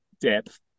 depth